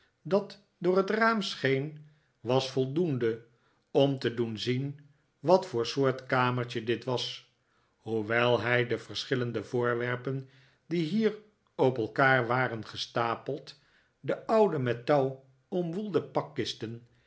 dat door het raam scheen was voldoende om te doen zien wat voor soort kamertje dit was hoewel hij de verschillende voorwerpen die hier op elkaar waren gestapeld de oude met touw omwoelde pakkisten